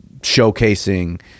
showcasing